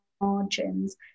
margins